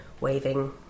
waving